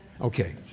Okay